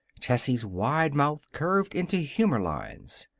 tessie's wide mouth curved into humor lines.